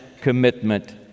commitment